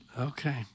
Okay